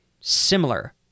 similar